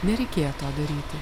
nereikėjo to daryti